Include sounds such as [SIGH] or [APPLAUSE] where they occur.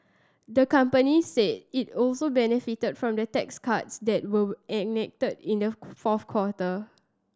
the company said it also benefited from the tax cuts that were enacted in the [UNINTELLIGIBLE] fourth quarter